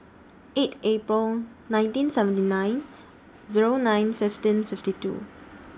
eight April nineteen seventy nine Zero nine fifteen fifty two